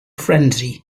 frenzy